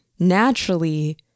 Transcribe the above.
Naturally